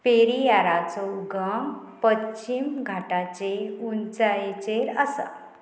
पेरियाराचो उगम पश्चीम घाटाचे उंचायेचेर आसा